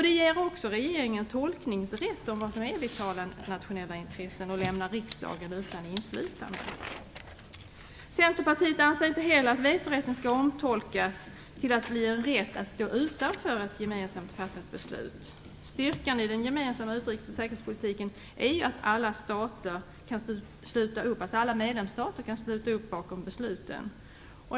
Det ger också regeringen tolkningsrätt om vad som är vitala nationella intressen och lämnar riksdagen utan inflytande. Centerpartiet anser inte heller att vetorätten skall omtolkas till att bli en rätt att stå utanför ett gemensamt fattat beslut. Styrkan i den gemensamma utrikesoch säkerhetspolitiken är ju att alla medlemsstater kan sluta upp bakom besluten.